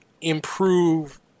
improve